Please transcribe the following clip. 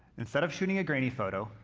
instead of shooting a grainy photo,